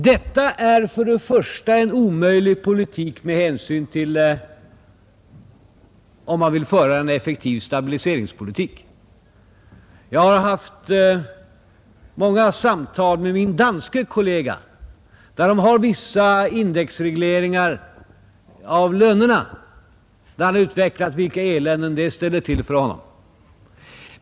Detta är en omöjlig politik om man vill föra en effektiv stabiliseringspolitik. I Danmark har man indexreglering av lönerna. Jag har haft många samtal med min danske kollega, där han utvecklat vilket elände detta ställer till för honom.